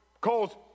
calls